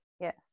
yes